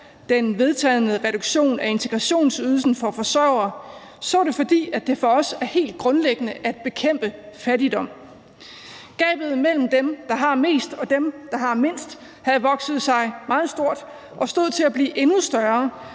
den vedtagne reduktion af integrationsydelsen for forsørgere, var det, fordi det for os er helt grundlæggende at bekæmpe fattigdom. Gabet mellem dem, der har mest, og dem, der har mindst, havde vokset sig meget stort og stod til at blive endnu større